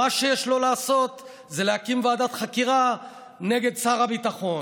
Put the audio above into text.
מה שיש לו לעשות זה להקים ועדת חקירה נגד שר הביטחון.